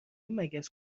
مگس